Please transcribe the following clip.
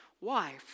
wife